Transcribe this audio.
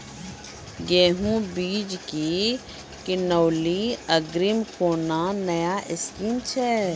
गेहूँ बीज की किनैली अग्रिम कोनो नया स्कीम छ?